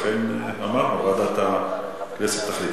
לכן אמרנו: ועדת הכנסת תחליט.